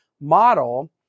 model